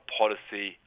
policy